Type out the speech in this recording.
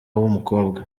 w’umukobwa